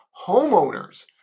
homeowners